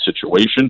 situation